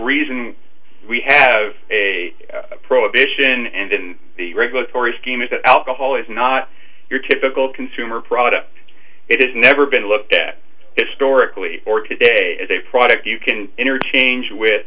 reason we have a prohibition and the regulatory scheme is that alcohol is not your typical consumer product it is never been looked at historically or today as a product you can interchange with